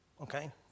Okay